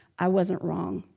i wasn't wrong.